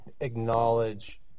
acknowledge